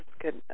good